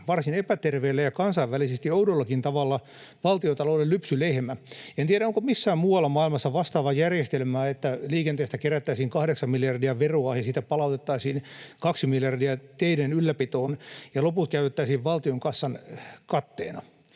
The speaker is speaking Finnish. varsin epäterveellä ja kansainvälisesti oudollakin tavalla valtiontalouden lypsylehmä. En tiedä, onko missään muualla maailmassa vastaavaa järjestelmää, että liikenteestä kerättäisiin 8 miljardia veroa ja siitä palautettaisiin 2 miljardia teiden ylläpitoon ja loput käytettäisiin valtionkassan katteena.